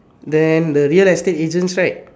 then the real estate agents right